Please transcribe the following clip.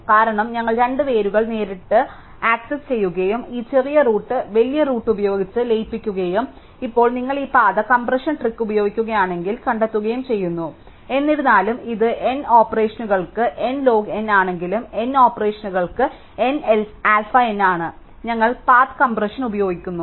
കാരണം ഞങ്ങൾ രണ്ട് വേരുകൾ നേരിട്ട് ആക്സസ് ചെയ്യുകയും ഈ ചെറിയ റൂട്ട് വലിയ റൂട്ട് ഉപയോഗിച്ച് ലയിപ്പിക്കുകയും ഇപ്പോൾ നിങ്ങൾ ഈ പാത കംപ്രഷൻ ട്രിക്ക് ഉപയോഗിക്കുകയാണെങ്കിൽ കണ്ടെത്തുകയും ചെയ്യുന്നു എന്നിരുന്നാലും ഇത് n ഓപ്പറേഷനുകൾക്ക് n ലോഗ് n ആണെങ്കിലും n ഓപ്പറേഷനുകൾക്ക് n ആൽഫ n ആണ് ഞങ്ങൾ പാത്ത് കംപ്രഷൻ ഉപയോഗിക്കുമ്പോൾ